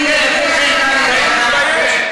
הרמה של,